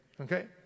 Okay